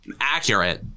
accurate